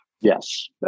Yes